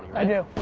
i do.